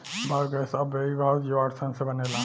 biogas अवायवीय जीवाणु सन से बनेला